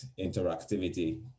interactivity